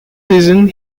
season